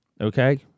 Okay